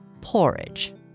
porridge